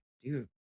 dude